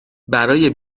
برای